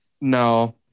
no